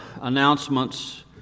announcements